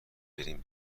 بریم